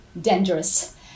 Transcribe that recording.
dangerous